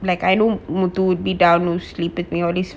like I know muthu would be down sleep with me all these